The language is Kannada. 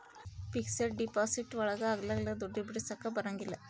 ಫಿಕ್ಸೆಡ್ ಡಿಪಾಸಿಟ್ ಒಳಗ ಅಗ್ಲಲ್ಲ ದುಡ್ಡು ಬಿಡಿಸಕ ಬರಂಗಿಲ್ಲ